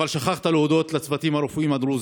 אבל שכחת להודות לצוותים הרפואיים הדרוזיים.